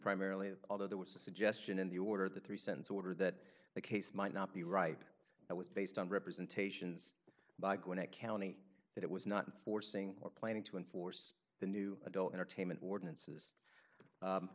primarily although there was a suggestion in the order of the three cents order that the case might not be right that was based on representations by going to county that it was not forcing or planning to enforce the new adult entertainment ordinances